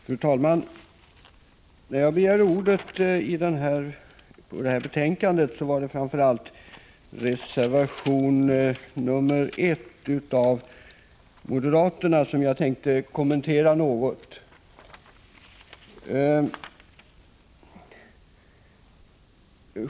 Fru talman! När jag begärde ordet med anledning av detta betänkande var det framför allt reservation nr I av moderaterna som jag tänkte kommentera något.